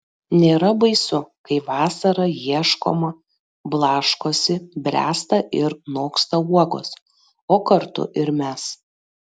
nėra baisu kai vasarą ieškoma blaškosi bręsta ir noksta uogos o kartu ir mes